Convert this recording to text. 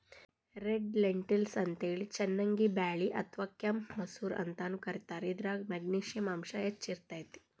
red lentils ಅಂತೇಳಿ ಚನ್ನಂಗಿ ಬ್ಯಾಳಿ ಅತ್ವಾ ಕೆಂಪ್ ಮಸೂರ ಅಂತಾನೂ ಕರೇತಾರ, ಇದ್ರಾಗ ಮೆಗ್ನಿಶಿಯಂ ಅಂಶ ಹೆಚ್ಚ್ ಇರ್ತೇತಿ